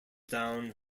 down